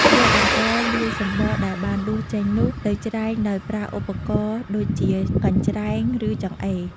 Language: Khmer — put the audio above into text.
យកអង្ករលាយសម្បកដែលបានដួសចេញនោះ ទៅច្រែងដោយប្រើឧបករណ៍ដូចជាកញ្ច្រែង ឬចង្អេរ ។